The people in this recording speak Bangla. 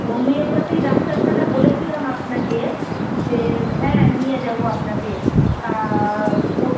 হোমিওপাথি ডাক্তারখানা বলেছিলাম আপনাকে যে হ্যাঁ নিয়ে যাবো আপনাকে তা ও